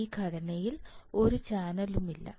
ഈ ഘടനയിൽ ഒരു ചാനലൊന്നുമില്ല